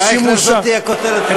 אצל אייכלר זאת תהיה כותרת ראשית.